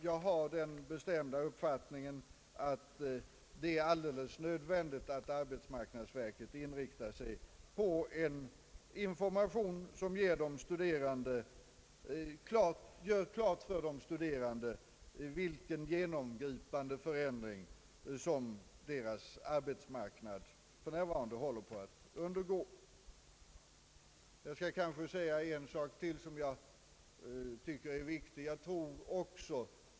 Jag har den bestämda uppfattningen, att det är alldeles nödvändigt, att arbetsmarknadsverket inriktar sig på att ge sådan information som gör klart för de studerande vilken genomgripande förändring som deras arbetsmarknad för närvarande undergår. Ytterligare en sak är viktig.